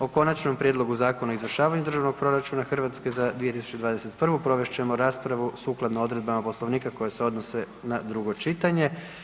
O Konačnom prijedlogu Zakona o izvršavanju Državnog proračuna Hrvatske za 2021. provest ćemo raspravu sukladno odredbama Poslovnika koje se odnose na drugo čitanje.